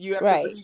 Right